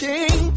King